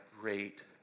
great